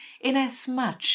inasmuch